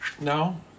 no